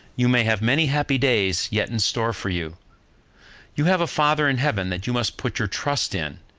you may have many happy days yet in store for you you have a father in heaven that you must put your trust in,